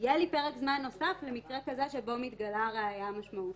יהיה לי פרק זמן נוסף למקרה כזה שבו מתגלה הראייה המשמעותית.